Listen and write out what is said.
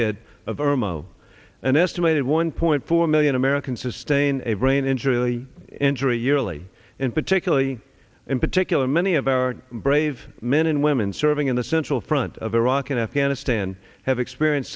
mo an estimated one point four million american sustain a brain injury early injury yearly and particularly in particular many of our brave men and women serving in the central front of iraq and afghanistan have experienced